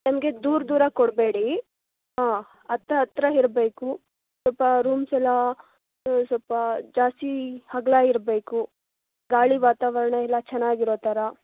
ನಮಗೆ ದೂರ ದೂರ ಕೊಡಬೇಡಿ ಹಾಂ ಅತ್ತ ಹತ್ರ ಇರ್ಬೇಕು ಸ್ವಲ್ಪ ರೂಮ್ಸ್ ಎಲ್ಲ ಸ್ವಲ್ಪ ಜಾಸ್ತಿ ಅಗ್ಲ ಇರಬೇಕು ಗಾಳಿ ವಾತಾವರಣ ಎಲ್ಲ ಚೆನ್ನಾಗಿರೋ ಥರ